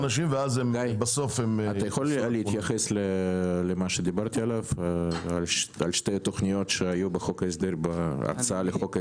תוכל להתייחס למה שדיברתי שתי התוכניות שהיו בהצעה לחוק ההסדרים?